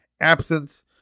absence